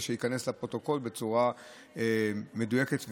ושייכנס לפרוטוקול בצורה מדויקת וסדורה.